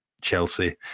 Chelsea